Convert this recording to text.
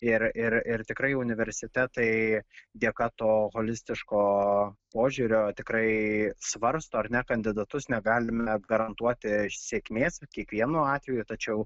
ir ir ir tikrai universitetai dėka to holistiško požiūrio tikrai svarsto ar ne kandidatus negalime garantuoti sėkmės kiekvienu atveju tačiau